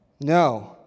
No